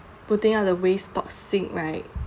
putting out the waste toxic right